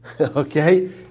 Okay